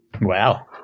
Wow